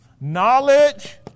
Knowledge